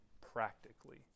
practically